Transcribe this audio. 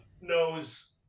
knows